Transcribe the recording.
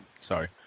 sorry